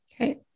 Okay